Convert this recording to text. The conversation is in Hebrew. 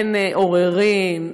אין עוררין,